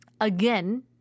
again